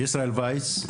ישראל וייס,